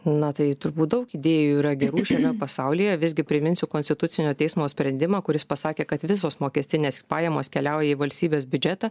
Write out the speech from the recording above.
na tai turbūt daug idėjų yra gerų šiame pasaulyje visgi priminsiu konstitucinio teismo sprendimą kuris pasakė kad visos mokestinės pajamos keliauja į valstybės biudžetą